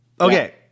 Okay